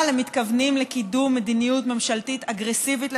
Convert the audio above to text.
אבל הם מתכוונים לקידום מדיניות ממשלתית אגרסיבית,